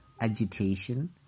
agitation